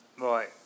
Right